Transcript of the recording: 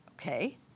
Okay